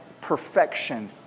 perfection